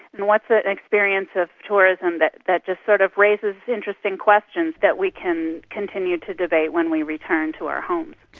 and what's ah an experience of tourism that that just sort of raises interesting questions that we can continue to debate when we return to our homes.